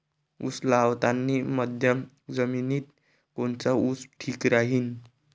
उस लावतानी मध्यम जमिनीत कोनचा ऊस ठीक राहीन?